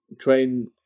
train